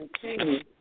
continue